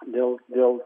dėl dėl